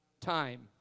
time